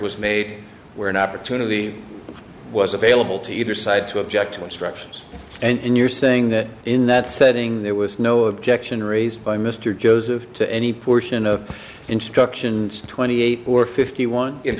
was made where an opportunity was available to either side to object to instructions and you're saying that in that setting there was no objection raised by mr joseph to any portion of the instruction twenty eight or fifty one in